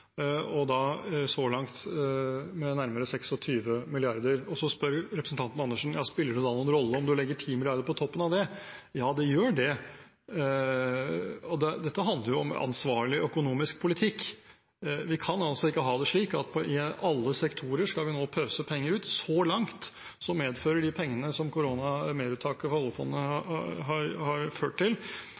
så langt med nærmere 26 mrd. kr. Så spør representanten Andersen: Spiller det da noen rolle om man legger 10 mrd. kr på toppen av det? Ja, det gjør det. Dette handler jo om ansvarlig økonomisk politikk. Vi kan ikke ha det slik at vi nå skal pøse ut penger i alle sektorer. Så langt medfører meruttaket av penger